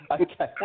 Okay